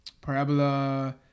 parabola